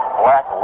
black